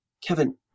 Kevin